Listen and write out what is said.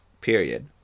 period